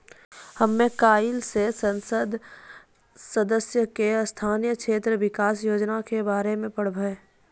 हमे काइल से संसद सदस्य के स्थानीय क्षेत्र विकास योजना के बारे मे पढ़बै